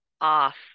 off